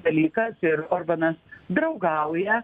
dalykas ir orbanas draugauja